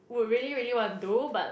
would really really want to do but